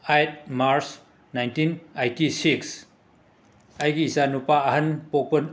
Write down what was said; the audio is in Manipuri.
eight March nineteen eighty six ꯑꯩꯒꯤ ꯏꯆꯥꯅꯨꯄꯥ ꯑꯍꯟ ꯄꯣꯛꯄ